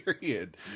period